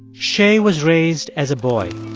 shay was raised as a boy.